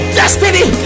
destiny